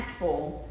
impactful